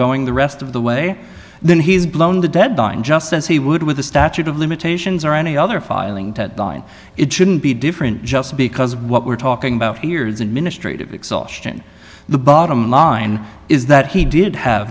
going the rest of the way then he's blown the deadline just as he would with the statute of limitations or any other filing deadline it shouldn't be different just because of what we're talking about here's administrative exhaustion the bottom line is that he did have